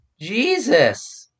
Jesus